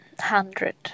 hundred